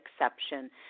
exception